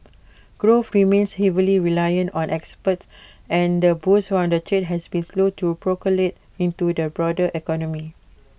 growth remains heavily reliant on exports and the boost from the trade has been slow to percolate into the broader economy